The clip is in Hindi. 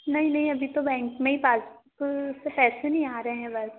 नहीं नहीं अभी तो बैंक में ही पास पैसे नहीं आ रहे हैं बस